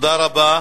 תודה רבה.